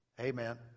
Amen